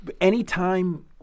anytime